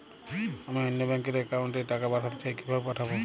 আমি অন্য ব্যাংক র অ্যাকাউন্ট এ টাকা পাঠাতে চাই কিভাবে পাঠাবো?